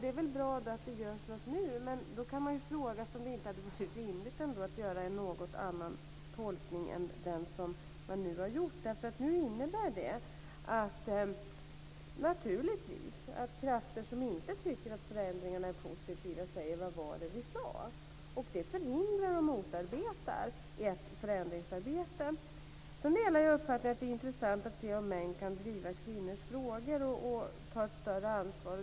Det är väl bra att det görs någonting nu, men man kan fråga sig om det inte hade varit rimligt att göra en något annan tolkning är den som man nu har gjort. Nu innebär det naturligtvis att krafter som inte tycker att förändringarna är positiva säger: Vad var det vi sade? Det förhindrar och motarbetar ett förändringsarbete. Jag delar uppfattningen att det är intressant att se om män kan driva kvinnors frågor och ta ett större ansvar.